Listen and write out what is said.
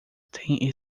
tem